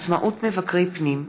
(עצמאות מבקרי פנים),